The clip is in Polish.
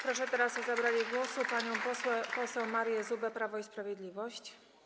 Proszę teraz o zabranie głosu panią poseł Marię Zubę, Prawo i Sprawiedliwość.